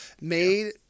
made